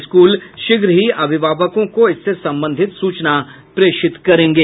school शीघ्र ही अभिभावकों को इससे संबंधित सूचना प्रेषित करेंगे